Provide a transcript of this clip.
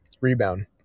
rebound